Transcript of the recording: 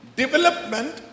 development